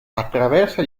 attraversa